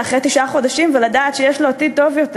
אחרי תשעה חודשים ולדעת שיש לו עתיד טוב יותר.